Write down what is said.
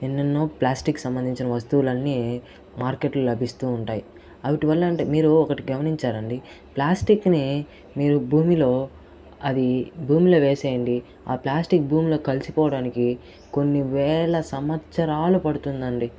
ఎన్నెన్నో ప్లాస్టిక్ సంబంధించిన వస్తువులన్నీ మార్కెట్ లో లభిస్తూ ఉంటాయి అవిటి వల్ల అంటే మీరు ఒకటి గమనించారండి ప్లాస్టిక్ ని మీరు భూమిలో అది భూమిలో వేసేయండి ఆ ప్లాస్టిక్ భూమిలో కలిసిపోవడానికి కొన్ని వేల సంవత్సరాలు పడుతుందండి